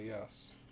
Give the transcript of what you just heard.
yes